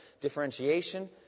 differentiation